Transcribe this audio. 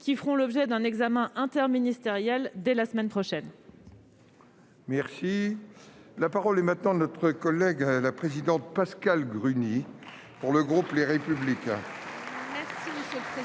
qui feront l'objet d'un examen interministériel dès la semaine prochaine.